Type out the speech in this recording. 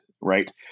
right